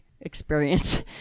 experience